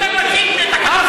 אתם ממציאים תקנון חדש?